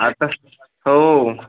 आता हो